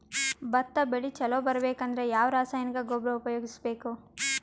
ಭತ್ತ ಬೆಳಿ ಚಲೋ ಬರಬೇಕು ಅಂದ್ರ ಯಾವ ರಾಸಾಯನಿಕ ಗೊಬ್ಬರ ಉಪಯೋಗಿಸ ಬೇಕು?